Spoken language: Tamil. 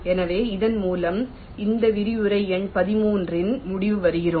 எனவே இதன் மூலம் இந்த விரிவுரை எண் 13 இன் முடிவுக்கு வருகிறோம்